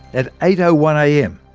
at eight. ah one am,